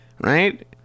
right